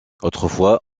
autrefois